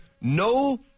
no